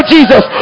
Jesus